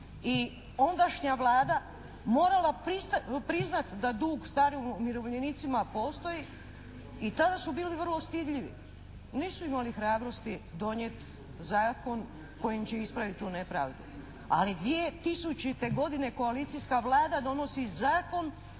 i ondašnja Vlada morala priznati da dug starim umirovljenicima postoji i tada su bili vrlo stidljivi. Nisu imali hrabrosti donijeti zakon kojim će ispraviti tu nepravdu, ali 2000. godine koalicijska Vlada donosi Zakon